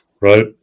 right